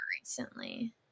recently